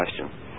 question